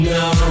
no